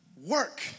Work